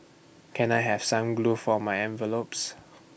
can I have some glue for my envelopes